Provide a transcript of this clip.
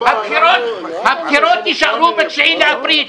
הבחירות יישארו ב-9 באפריל.